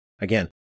again